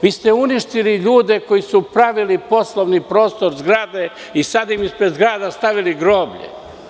Vi ste uništili ljude koji su pravili poslovni prostor, zgrade, i sada ste im ispred zgrade stavili groblje.